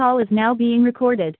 call is now being recorded